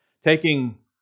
taking